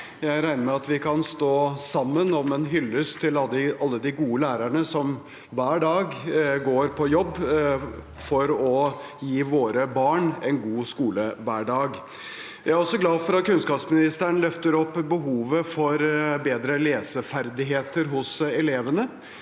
Jeg regner med at vi kan stå sammen om en hyllest til alle de gode lærerne som hver dag går på jobb for å gi våre barn en god skolehverdag. Jeg er også glad for at kunnskapsministeren løfter behovet for bedre leseferdigheter hos elevene,